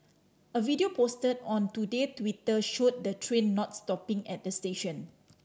a video posted on Today Twitter showed the train not stopping at the station